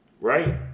right